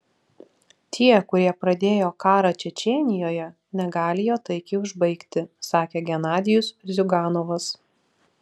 tie kurie pradėjo karą čečėnijoje negali jo taikiai užbaigti sakė genadijus ziuganovas